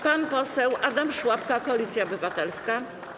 Pan poseł Adam Szłapka, Koalicja Obywatelska.